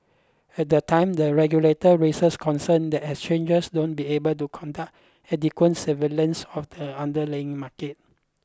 at the time the regulator raises concern that exchanges won't be able to conduct adequate surveillance of the underlaying market